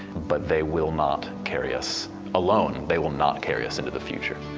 but they will not carry us alone. they will not carry us into the future.